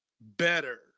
better